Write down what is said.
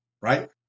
right